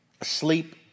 Asleep